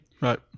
Right